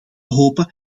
hopen